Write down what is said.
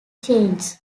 changes